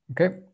Okay